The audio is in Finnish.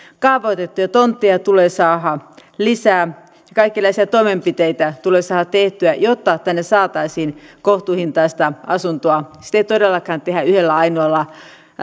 kaavoitettuja tontteja tulee saada lisää kaikenlaisia toimenpiteitä tulee saada tehtyä jotta tänne saataisiin kohtuuhintaista asuntoa sitä ei todellakaan tehdä yhdellä ainoalla